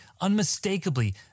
unmistakably